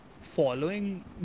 following